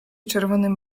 czerwonym